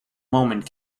moment